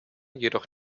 jedoch